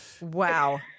Wow